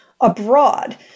abroad